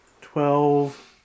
twelve